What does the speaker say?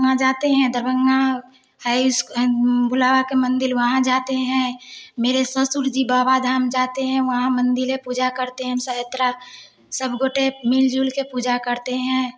वहाँ जाते हैं दरभंगा हैस बुलावा के मंदिर वहाँ जाते हैं मेरे ससुर जी बाबा धाम जाते हैं वहाँ मंदिर है पूजा करते हैं हम सहेत्रा सब गोटे मिल जुल कर पूजा करते हैं